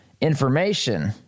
information